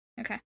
Okay